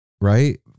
Right